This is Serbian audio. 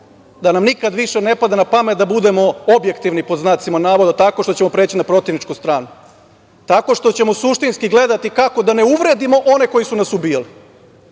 da nam nikad više ne padne na pamet da budemo „objektivni“ tako što ćemo preći na protivničku stranu, tako što ćemo suštinski gledati kako da ne uvredimo one koji su nas ubijali.